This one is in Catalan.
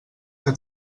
que